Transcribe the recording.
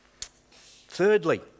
Thirdly